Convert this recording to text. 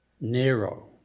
Nero